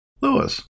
Lewis